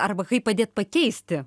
arba kaip padėt pakeisti